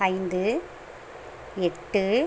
ஐந்து எட்டு